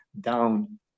down